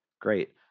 great